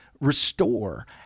restore